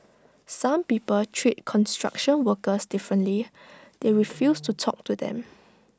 some people treat construction workers differently they refuse to talk to them